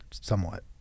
somewhat